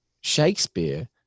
Shakespeare